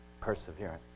Perseverance